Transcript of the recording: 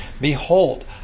behold